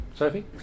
Sophie